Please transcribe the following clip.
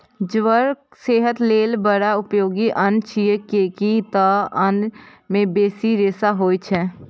ज्वार सेहत लेल बड़ उपयोगी अन्न छियै, कियैक तं अय मे बेसी रेशा होइ छै